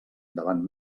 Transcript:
davant